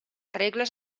regles